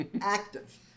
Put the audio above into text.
active